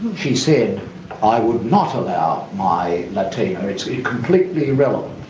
she said i would not allow my latino, it's completely irelevant.